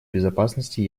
безопасности